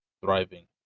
thriving